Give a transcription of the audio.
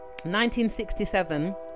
1967